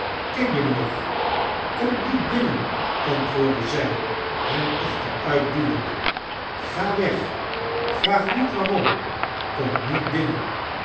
ken je me nog kom niet binnen antwoordde zij hem achteruit duwende ga weg vraag niet waarom kom niet binnen